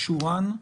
ולאישורן,